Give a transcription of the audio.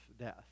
death